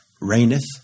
reigneth